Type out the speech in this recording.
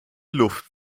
luft